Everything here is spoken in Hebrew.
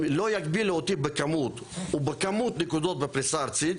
אם לא יגבילו אותי בכמות ובכמות נקודות בפריסה ארצית,